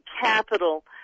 capital